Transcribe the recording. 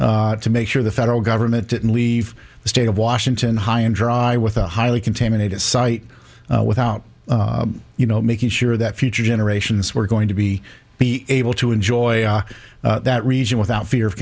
cleanup to make sure the federal government didn't leave the state of washington high and dry with a highly contaminated site without you know making sure that future generations were going to be be able to enjoy that region without fear of